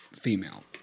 Female